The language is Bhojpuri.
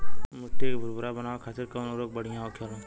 मिट्टी के भूरभूरा बनावे खातिर कवन उर्वरक भड़िया होखेला?